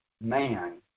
man